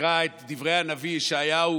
נקרא את דברי הנביא ישעיהו,